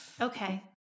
Okay